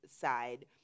side